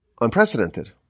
unprecedented